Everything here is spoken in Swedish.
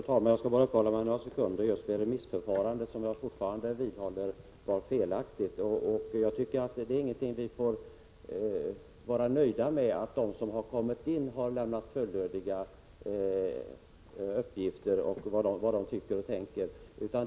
Fru talman! Jag skall uppehålla mig några sekunder vid remissförfarandet, som jag vidhåller var felaktigt. Vi får inte bara vara nöjda med att de remissinstanser som yttrat sig har lämnat fullödiga uppgifter om vad de tycker och tänker.